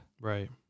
right